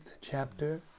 chapter